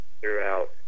throughout